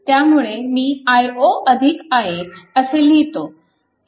त्यामुळे मी i0 ix असे लिहितो